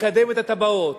לקדם את התב"עות,